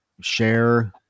share